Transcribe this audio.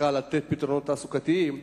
צריכה לתת פתרונות תעסוקתיים,